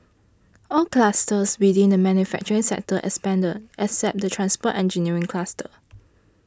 all clusters within the manufacturing sector expanded except the transport engineering cluster